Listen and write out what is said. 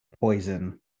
poison